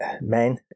men